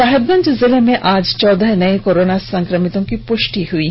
साहेबगंज जिले में आज चौदह नये कोरोना संक्रमितों की पुष्टि हुई है